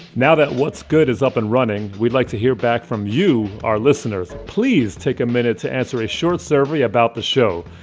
now that what's good is up and running, we'd like to hear back from you, our listeners. please take a minute to answer a short survey about the show.